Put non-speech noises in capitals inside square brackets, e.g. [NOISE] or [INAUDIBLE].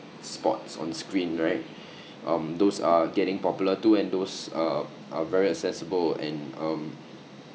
spots on screen right [BREATH] um those are getting popular too and those uh are very accessible and um